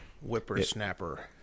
Whippersnapper